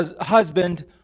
husband